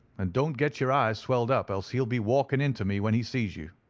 and don't get your eyes swelled up, else he'll be walking into me when he sees you.